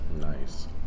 Nice